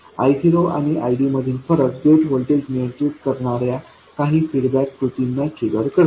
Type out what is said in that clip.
I0 आणि ID मधील फरक गेट व्होल्टेज नियंत्रित करणार्या काही फीडबॅक कृतींना ट्रिगर करते